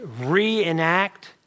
Reenact